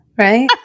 right